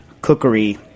cookery